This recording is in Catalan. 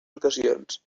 ocasions